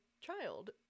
child